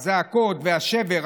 הזעקות והשבר,